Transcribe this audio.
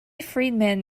friedman